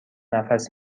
نفس